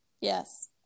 yes